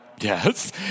Yes